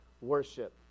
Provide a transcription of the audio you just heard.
worship